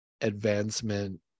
advancement